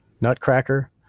nutcracker